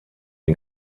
den